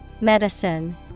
Medicine